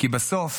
כי בסוף